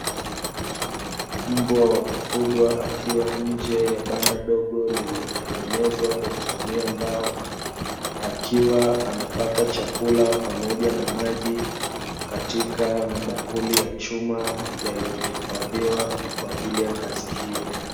Mbwa wa kufugwa akiwa nje ya banda dogo lililo tengenezwa kwa kutumia mbao, Akiwa anapata chakula pamoja na maji katika mabakuli ya chuma yaliyo hifadhiwa kwaajili ya kazi hiyo.